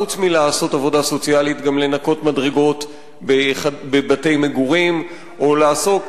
חוץ מלעשות עבודה סוציאלית גם לנקות מדרגות בבתי-מגורים או לעסוק,